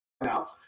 now